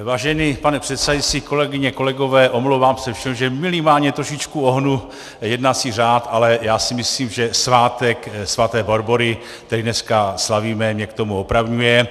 Vážený pane předsedající, kolegyně, kolegové, omlouvám se všem, že minimálně trošičku ohnu jednací řád, ale já si myslím, že svátek sv. Barbory, který dneska slavíme, mě k tomu opravňuje.